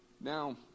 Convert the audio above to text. Now